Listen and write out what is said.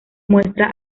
muestra